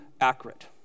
accurate